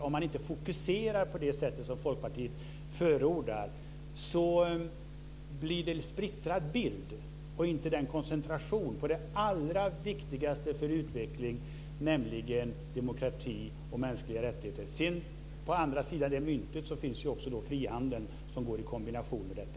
Om man inte fokuserar på det sätt som Folkpartiet förordar finns risken att det blir en splittrad bild och inte den koncentration på det allra viktigaste för utvecklingen, nämligen demokrati och mänskliga rättigheter. På andra sidan det myntet finns också frihandeln i kombination med detta.